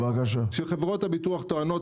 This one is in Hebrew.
כשחברות הביטוח טוענות,